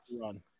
run